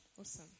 Awesome